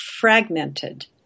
fragmented